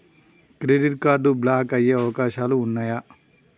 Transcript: Credit card block అయ్యే అవకాశాలు ఉన్నయా?